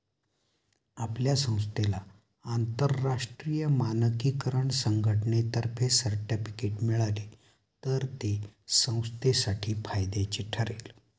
आपल्या संस्थेला आंतरराष्ट्रीय मानकीकरण संघटनेतर्फे सर्टिफिकेट मिळाले तर ते संस्थेसाठी फायद्याचे ठरेल